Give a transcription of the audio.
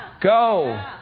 Go